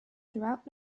throughout